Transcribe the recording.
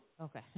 Okay